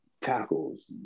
tackles